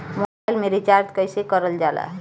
Mobile में recharge कइसे करल जाला?